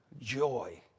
joy